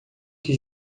que